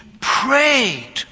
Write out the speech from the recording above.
prayed